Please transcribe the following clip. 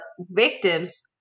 victims